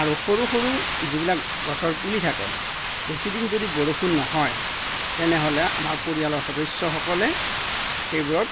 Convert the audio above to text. আৰু সৰু সৰু যিবিলাক গছৰ পুলি থাকে বেছিদিন যদি বৰষুণ নহয় তেনেহ'লে আমাৰ পৰিয়ালৰ সদস্যসকলে সেইবোৰত